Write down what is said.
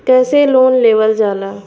कैसे लोन लेवल जाला?